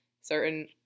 certain